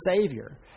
Savior